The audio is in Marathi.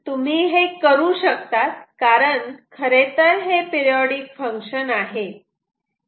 पण तुम्ही हे करू शकतात कारण खरेतर हे पिरिऑडिक फंक्शन आहे